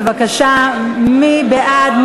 בבקשה, מי בעד?